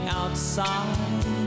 outside